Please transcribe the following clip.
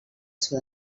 sud